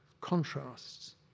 contrasts